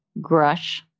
Grush